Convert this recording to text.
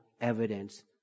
evidence